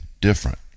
different